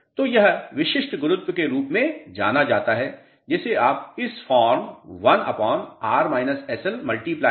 तो यह विशिष्ट गुरुत्व के रूप में जाना जाता है जिसे आप इस फॉर्म 1x100 में दर्शा सकते हैं